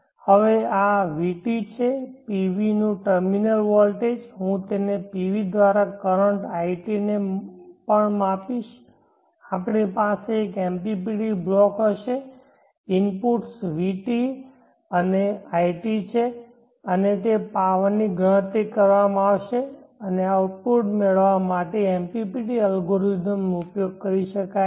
હવે આ vt છે PV નું ટર્મિનલ વોલ્ટેજ હું તેને પીવી દ્વારા કરંટ it ને પણ માપીશ આપણી પાસે એક MPPT બ્લોક હશે ઇનપુટ્સ vt અ ને it છે અને તે પાવરની ગણતરી કરવામાં આવશે અને આઉટપુટ મેળવવા MPPT અલ્ગોરિધમનો ઉપયોગ કરી શકાય છે